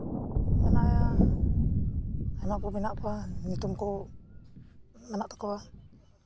ᱢᱮᱱᱟᱭᱟ ᱟᱭᱢᱟ ᱠᱚ ᱢᱮᱱᱟᱜ ᱠᱚᱣᱟ ᱧᱩᱛᱩᱢ ᱠᱚ ᱢᱮᱱᱟᱜ ᱛᱟᱠᱚᱣᱟ